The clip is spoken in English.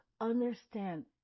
understand